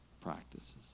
practices